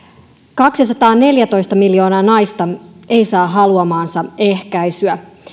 kaksisataaneljätoista miljoonaa naista ei saa haluamaansa ehkäisyä